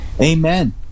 Amen